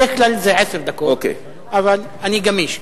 בדרך כלל זה עשר דקות, אבל אני גמיש.